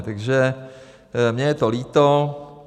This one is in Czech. Takže mně je to líto.